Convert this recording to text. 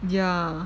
ya